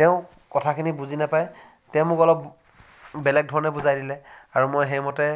তেওঁ কথাখিনি বুজি নাপায় তেওঁ মোক অলপ বেলেগ ধৰণে বুজাই দিলে আৰু মই সেইমতে